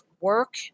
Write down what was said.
work